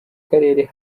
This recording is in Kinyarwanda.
karere